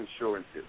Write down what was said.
insurances